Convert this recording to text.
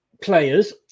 players